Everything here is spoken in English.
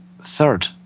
third